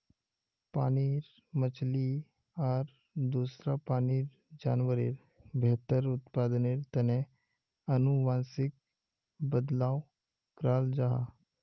पानीर मछली आर दूसरा पानीर जान्वारेर बेहतर उत्पदानेर तने अनुवांशिक बदलाव कराल जाहा